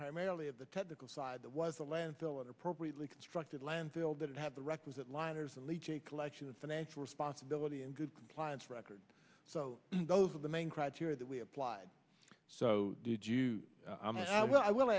primarily of the technical side that was a landfill and appropriately constructed landfill that had the requisite liners and leach a collection of financial responsibility and good compliance record so those are the main criteria that we applied so did you i mean i will i will